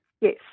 Yes